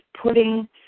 putting